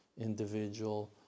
individual